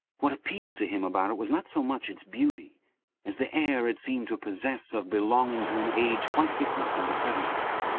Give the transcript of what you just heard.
what appealed to him about it was not so much its beauty as the air it seemed to possess of belonging to an age quite different from the present one.